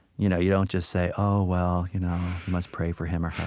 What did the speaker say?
you know you don't just say, oh, well, you know must pray for him or her.